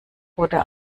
oder